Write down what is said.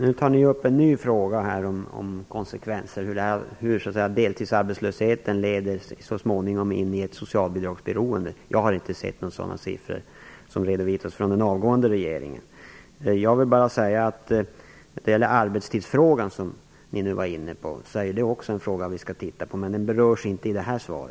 Herr talman! Nu tar Charlotta Bjälkebring upp en ny fråga, om hur deltidsarbetslösheten så småningom leder in i ett socialbidragsberoende. Jag har inte sett några sådana siffror som redovisats av den avgående regeringen Charlotta Bjälkebring var inne på arbetstidsfrågan. Det är en fråga som vi också skall titta på. Den berörs dock inte i detta svar.